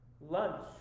lunch